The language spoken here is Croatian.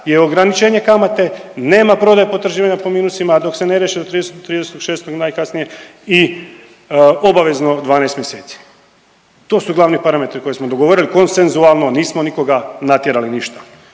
je ograničenje kamate, nema prodaje potraživanja po minusima dok se ne riješe do 30.6. najkasnije i obavezno 12 mjeseci. To su glavni parametri koje smo dogovorili konsensualno, nismo nikoga natjerali ništa,